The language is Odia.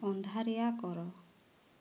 ଅନ୍ଧାରିଆ କର